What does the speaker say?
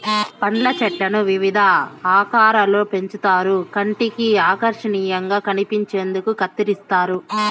పండ్ల చెట్లను వివిధ ఆకారాలలో పెంచుతారు కంటికి ఆకర్శనీయంగా కనిపించేందుకు కత్తిరిస్తారు